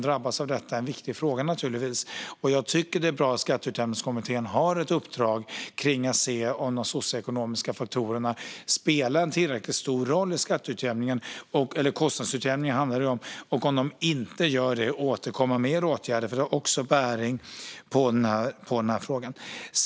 Jag tycker att det är bra att skatteutjämningskommittén har i uppdrag att se om de socioekonomiska faktorerna spelar en tillräckligt stor roll i kostnadsutjämningen. Om de inte gör det ska man återkomma med förslag på mer åtgärder. Det har också bäring på frågan.